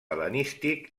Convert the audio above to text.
hel·lenístic